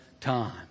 time